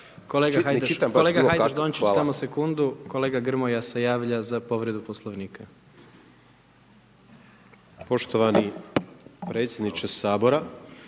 Kolega Hajdaš Dončić, samo sekundu, kolega Grmoja se javlja za povredu Poslovnika. **Grmoja, Nikola